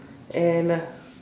and uh